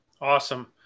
Awesome